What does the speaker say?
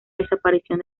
desaparición